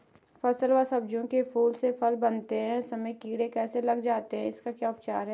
फ़ल व सब्जियों के फूल से फल बनते समय कीड़े कैसे लग जाते हैं इसका क्या उपचार है?